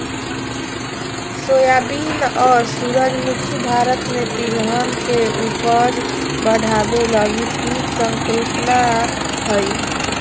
soybean और सूरजमुखी भारत में तिलहन के उपज बढ़ाबे लगी पीत संकल्पना हइ